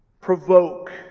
provoke